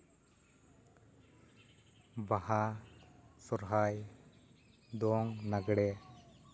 ᱵᱟᱦᱟ ᱥᱚᱨᱦᱟᱭ ᱫᱚᱝ ᱞᱟᱜᱽᱬᱮ